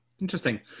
Interesting